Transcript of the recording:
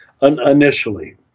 initially